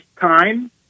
time